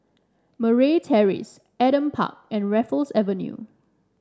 Murray Terrace Adam Park and Raffles Avenue